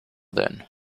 then